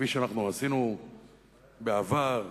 כפי שעשינו בעבר,